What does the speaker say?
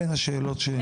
אלה הן השאלות שלי.